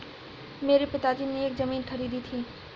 मेरे पिताजी ने एक जमीन खरीदी थी